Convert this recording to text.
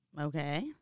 Okay